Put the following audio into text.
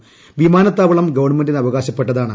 പ്രിമാനത്താവളം ഗവൺമെന്റിന് അവകാശപ്പെട്ടതാണ്